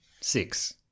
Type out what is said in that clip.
Six